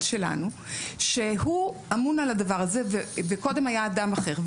שלנו שהוא אמון על הדבר הזה וקודם היה אדם אחר.